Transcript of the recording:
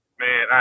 man